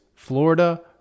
Florida